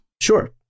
Sure